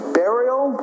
burial